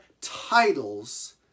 titles